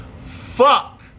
fuck